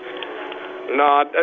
No